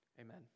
Amen